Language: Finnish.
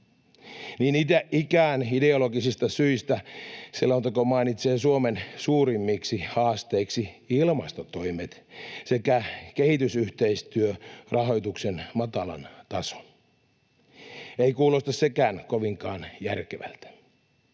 Niin ikään ideologisista syistä selonteko mainitsee Suomen suurimmiksi haasteiksi ilmastotoimet sekä kehitysyhteistyörahoituksen matalan tason. Ei kuulosta sekään kovinkaan järkevältä